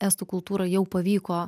estų kultūrą jau pavyko